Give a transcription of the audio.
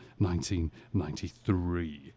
1993